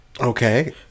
okay